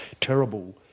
terrible